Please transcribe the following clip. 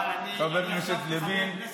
חבר הכנסת לוין,